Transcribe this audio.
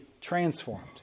transformed